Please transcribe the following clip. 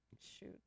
shoot